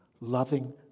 Loving